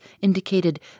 indicated